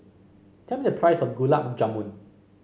tell me the price of Gulab Jamun